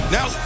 Now